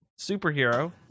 superhero